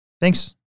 thanks